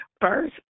First